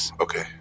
okay